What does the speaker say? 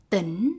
Tỉnh